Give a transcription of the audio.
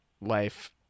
life